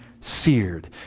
seared